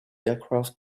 aircraft